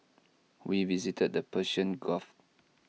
we visited the Persian gulf